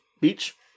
beach